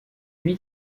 lui